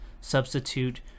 substitute